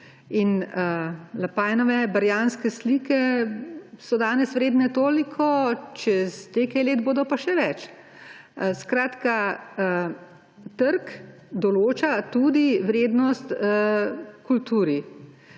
In Lapajnove barjanske slike so danes vredne toliko, čez nekaj let bodo pa še več. Skratka, trg določa tudi vrednost kulturi